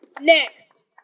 Next